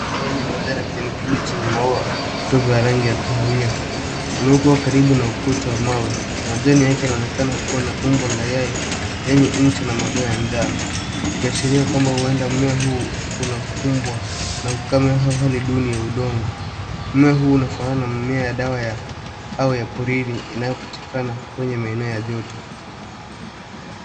Eneo yenye majani ya kijani kibichi na maua kavu ya rangi ya kahawia, inayokua karibu na ukuta wa mawe. Majani yake yanaonekana kuwa na umbo ya yai lenye ncha na madoa ya njano, ikiashiria kwamba huenda mmea huu unakumbwa na ukame au hali duni ya udongo. Mmea huu unafanana na mmea ya dawa ya au ya porini inayopatikana kwenye maeneo ya joto.